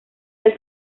del